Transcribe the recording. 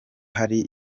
hari